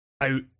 out